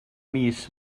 mis